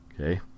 Okay